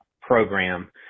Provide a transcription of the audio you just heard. Program